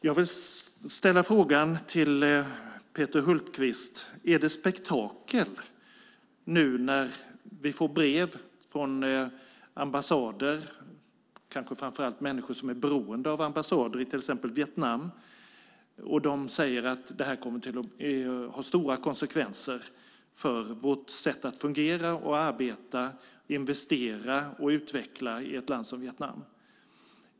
Jag vill ställa frågan till Peter Hultqvist: Är det spektakel nu när vi får brev från ambassader och framför allt människor som är beroende av ambassader, till exempel i Vietnam, där de skriver att det här kommer att få stora konsekvenser för deras sätt att fungera, arbeta, investera och utveckla i ett land som Vietnam?